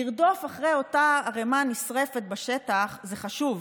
לרדוף אחרי אותה ערמה נשרפת בשטח זה חשוב,